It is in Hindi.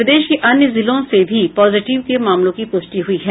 प्रदेश के अन्य जिलों से भी पॉजिटिव मामलों की पुष्टि हुई है